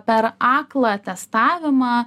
per aklą testavimą